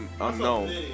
unknown